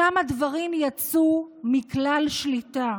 ששם הדברים יצאו מכלל שליטה.